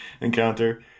encounter